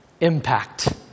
Impact